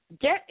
Get